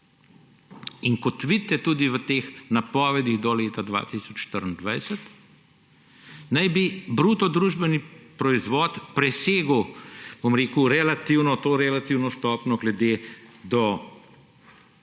Kot vidite tudi v napovedih do leta 2024, naj bi bruto družbeni proizvod presegel to relativno stopnjo glede dolga,